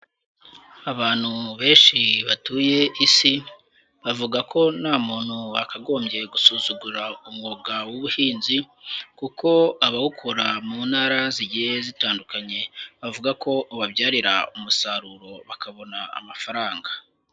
Abantu benshi batuye isi bavuga ko nta muntu wakagombye gusuzugura umwuga w'ubuhinzi kuko abawukora mu ntara zigiye zitandukanye bavuga ko ubabyarira umusaruro bakabona amafaranga.